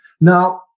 Now